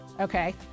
Okay